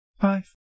five